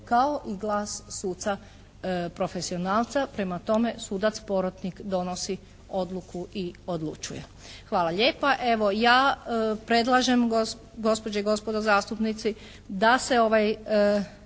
kao i glas suca profesionalca. Prema tome, sudac porotnik donosi odluku i odlučuje. Hvala lijepa. Evo ja predlažem, gospođe i gospodo zastupnici, da se ovaj,